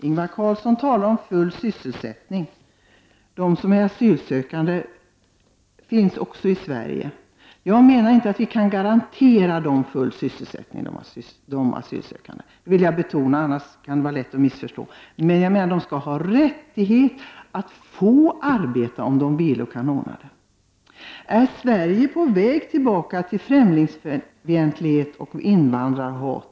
Ingvar Carlsson talar om full sysselsättning för alla, och det borde också omfatta de asylsökande som finns i Sverige. För att det inte skall bli något missförstånd vill jag betona att jag inte menar att vi kan garantera de asylsökande full sysselsättning. Men de skall ha rätt att få arbeta om de vill och om det går att ordna arbete. Är Sverige på väg tillbaka till främlingsfientlighet och invandrarhat?